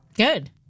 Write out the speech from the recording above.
Good